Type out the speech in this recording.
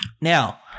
Now